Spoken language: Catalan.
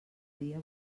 dia